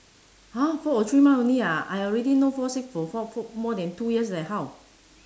!huh! four or three month only ah I already no fall sick for for fo~ more than two years leh how